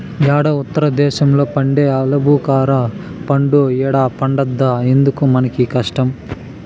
యేడో ఉత్తర దేశంలో పండే ఆలుబుకారా పండ్లు ఈడ పండద్దా ఎందుకు మనకీ కష్టం